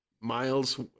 miles